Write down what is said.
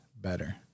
better